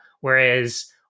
Whereas